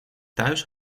thuis